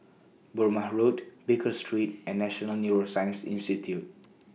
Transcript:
Burmah Road Baker Street and National Neuroscience Institute